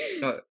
No